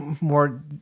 more